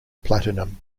platinum